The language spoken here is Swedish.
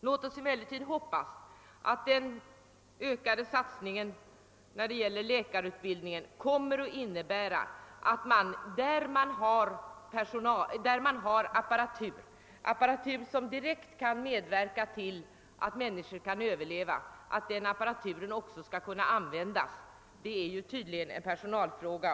Låt oss emellertid hoppas att den ökade satsningen då det gäller läkarutbildningen kommer att medföra att den apparatur som finns och som direkt kan medverka till att rädda människor också skall kunna användas. Detta är tydligen en personalfråga.